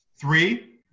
three